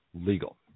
legal